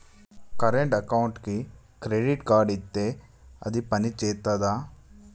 Current అకౌంట్కి credit card ఇత్తే అది పని చేత్తదా?